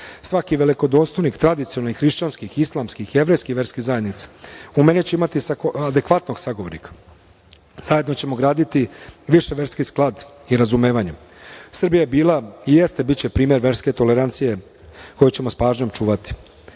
Svaki velikodostojnik tradicionalnih, hrišćanskih, islamskih, jevrejskih verskih zajednica u meni će imati adekvatnog sagovornika. Zajedno ćemo graditi viševerski sklad i razumevanje. Srbija bila i jeste i biće primer verske tolerancije koju ćemo sa pažnjom čuvati. Srpska